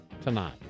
tonight